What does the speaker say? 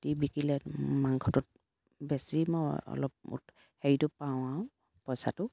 দি বিকিলে মাংসটোত বেছি মই অলপ হেৰিটো পাওঁ আও পইচাটো